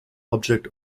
object